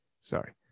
sorry